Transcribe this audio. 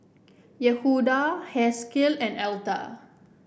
Yehuda Haskell and Alta